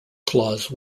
clause